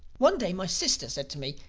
one day my sister said to me,